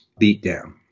beatdown